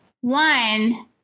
One